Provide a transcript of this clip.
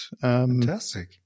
Fantastic